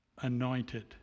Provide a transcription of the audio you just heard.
anointed